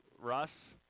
Russ